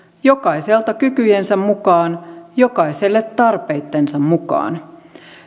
jokaiselta kykyjensä mukaan jokaiselle tarpeittensa mukaan